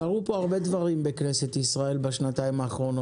קרו הרבה דברים בכנסת ישראל בשנתיים האחרונות.